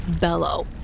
bellow